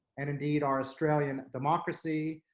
and indeed our australian democracy.